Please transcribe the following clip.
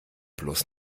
bloß